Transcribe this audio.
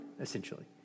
essentially